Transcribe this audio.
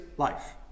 life